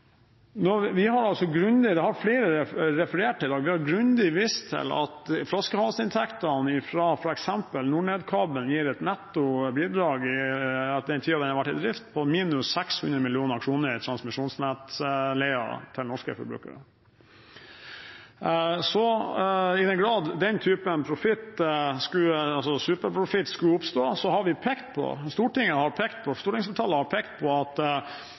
Vi har grundig vist til – det har flere referert til i dag – at flaskehalsinntektene fra f.eks. NorNed-kabelen gir et netto bidrag i den tiden den har vært i drift, på minus 600 mill. kr i transmisjonsnettleie til norske forbrukere. Så i den grad den typen profitt, altså superprofitt, skulle oppstå, har vi pekt på, stortingsflertallet har pekt på